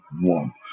one